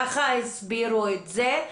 ככה הסבירו את זה.